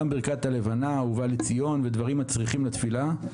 גם ברכת הלבנה ובא לציון ודברים המצריכים תפילה,